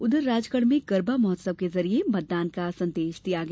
उधर राजगढ़ में गरबा महोत्सव के जरिए मतदान का संदेश दिया गया